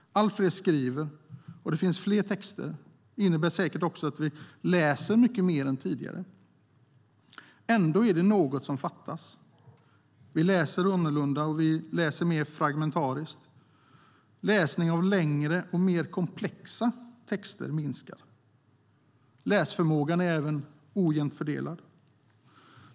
Allt fler skriver, och det finns fler texter. Det innebär säkert att vi läser mer än tidigare. Ändå är det något som fattas. Vi läser annorlunda och mer fragmentariskt. Läsningen av längre och mer komplexa texter minskar. Läsförmågan är även ojämnt fördelad.